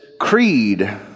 creed